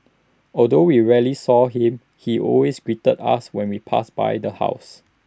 although we rarely saw him he always greeted us when we passed by the house